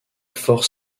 four